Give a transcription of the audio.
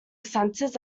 centres